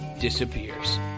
disappears